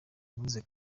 yavuze